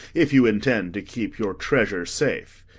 if you intend to keep your treasure safe.